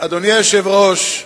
אדוני היושב-ראש,